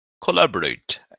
collaborate